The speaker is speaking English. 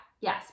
Yes